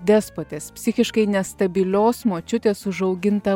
despotės psichiškai nestabilios močiutės užauginta